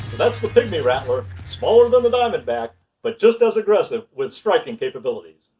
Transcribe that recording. that's the pygmy rattler! smaller than the diamondback but just as aggressive with striking capabilities.